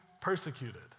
persecuted